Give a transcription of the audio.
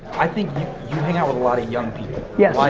i think you you hang out with a lot of young people. yes. why